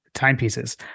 timepieces